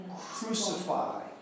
Crucify